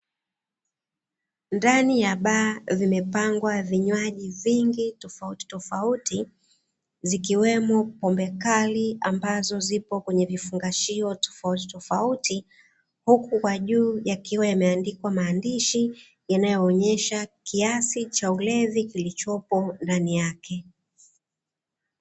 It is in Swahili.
Ndani ya baa vimepangwa vinywaji vingi tofautitofauti, zikiwemo pombe kali ambazo zipo kwenye vifungashio tofautitofauti, huku kwa juu yakiwa yameandikwa maandishi yanayoonyesha kiasi cha ulevi kilichopo ndani yake.